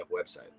website